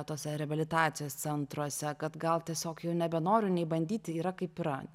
tuose reabilitacijos centruose kad gal tiesiog jau nebenoriu nei bandyti yra kaip yra